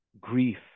grief